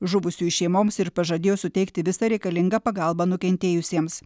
žuvusiųjų šeimoms ir pažadėjo suteikti visą reikalingą pagalbą nukentėjusiems